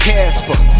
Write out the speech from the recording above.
Casper